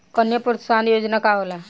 कन्या प्रोत्साहन योजना का होला?